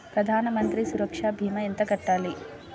ప్రధాన మంత్రి సురక్ష భీమా ఎంత కట్టాలి?